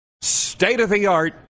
state-of-the-art